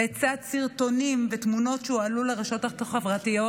לצד סרטונים ותמונות שהועלו לרשתות החברתיות,